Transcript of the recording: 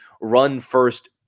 run-first